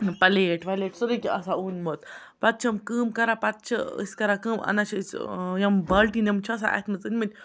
plate وَلیٹ سورُے تہِ آسان اوٚنمُت پَتہٕ چھِ یِم کٲم کَران پَتہٕ چھِ أسۍ کَران کٲم اَنان چھِ أسۍ یِم بالٹیٖن یِم چھِ آسان اَتھ منز أنۍمٕتۍ